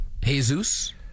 Jesus